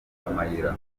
amayira